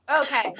Okay